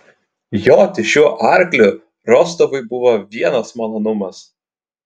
joti šiuo arkliu rostovui buvo vienas malonumas